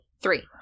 Three